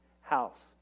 house